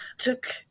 took